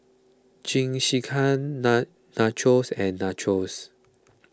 Jingisukan Nachos and Nachos